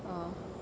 oh